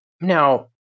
Now